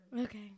Okay